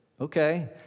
Okay